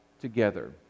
together